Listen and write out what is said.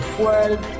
world